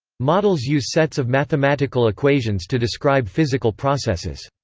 models use sets of mathematical equations to describe physical processes.